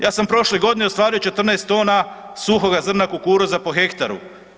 Ja sam prošle godine ostvario 14 tona suhoga zrna kukuruza po hektaru.